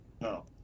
No